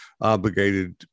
obligated